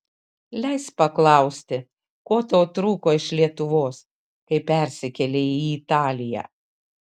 leisk paklausti ko tau trūko iš lietuvos kai persikėlei į italiją